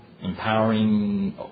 empowering